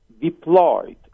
deployed